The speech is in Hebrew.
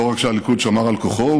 לא רק שהליכוד שמר על כוחו,